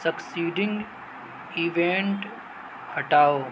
succeeding event ہٹاؤ